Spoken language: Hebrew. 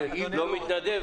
זה תנאי הכרחי.